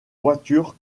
voiture